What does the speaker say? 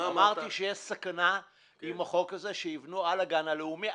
אמרתי שיש סכנה עם החוק הזה שיבנו על הגן הלאומי,